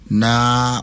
na